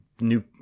new